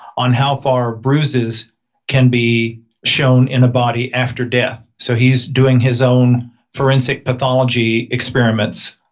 on how far bruises can be shown in a body after death, so he's doing his own forensic pathology experiments.